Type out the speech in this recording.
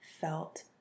felt